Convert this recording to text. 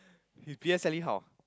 you P_S_L_E how